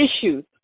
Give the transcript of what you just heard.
Issues